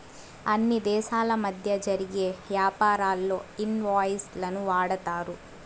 అన్ని దేశాల మధ్య జరిగే యాపారాల్లో ఇన్ వాయిస్ లను వాడతారు